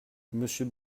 monsieur